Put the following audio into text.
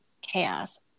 chaos